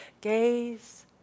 Gaze